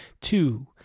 Two